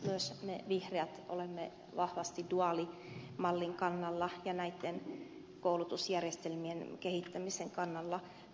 myös me vihreät olemme vahvasti duaalimallin kannalla ja näitten koulutusjärjestelmien kehittämisen kannalla